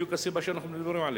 בדיוק הסיבה שאנחנו מדברים עליה.